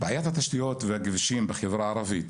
בעיית התשתיות והכבישים בחברה הערבית,